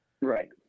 right